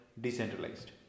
decentralized